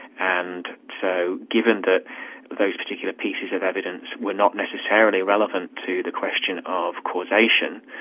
and so given that those particular pieces of evidence were not necessarily relevant to the question of causation,